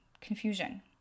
confusion